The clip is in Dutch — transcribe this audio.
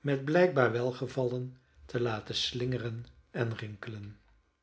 met blijkbaar welgevallen te laten slingeren en rinkelen